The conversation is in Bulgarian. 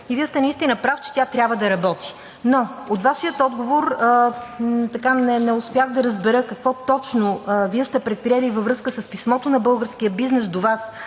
и Вие сте наистина прав, че тя трябва да работи. Но от Вашия отговор не успях да разбера какво точно сте предприели във връзка с писмото на българския бизнес до Вас,